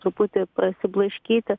truputį prasiblaškyti